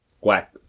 Quack